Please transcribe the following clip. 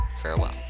farewell